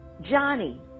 Johnny